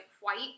white